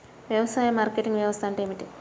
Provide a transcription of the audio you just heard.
వ్యవసాయ మార్కెటింగ్ వ్యవస్థ అంటే ఏమిటి?